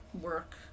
work